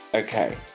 Okay